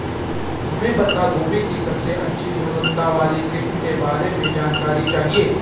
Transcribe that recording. हमें पत्ता गोभी की सबसे अच्छी गुणवत्ता वाली किस्म के बारे में जानकारी चाहिए?